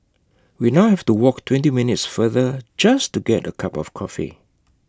we now have to walk twenty minutes farther just to get A cup of coffee